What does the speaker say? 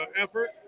effort